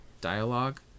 dialogue